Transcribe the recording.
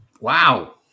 Wow